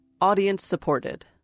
audience-supported